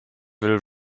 will